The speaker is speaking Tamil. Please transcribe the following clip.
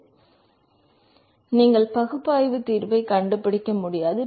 எனவே இது ஒரு நேரியல் சமன்பாடு அல்ல மேலும் நீங்கள் எப்போதும் பகுப்பாய்வு தீர்வைக் கண்டுபிடிக்க முடியாது